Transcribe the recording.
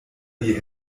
die